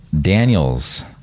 daniels